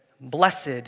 blessed